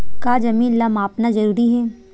का जमीन ला मापना जरूरी हे?